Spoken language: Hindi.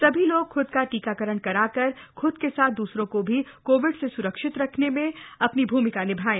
सभी लोग ख्द का टीकाकरण कराकर ख्द का साथ दूसरों को भी कोविड स स्रक्षित रखन में अपनी भूमिका निभाएं